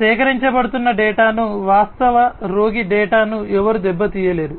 సేకరించబడుతున్న డేటాను వాస్తవ రోగి డేటాను ఎవరూ దెబ్బతీయలేరు